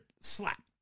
Slap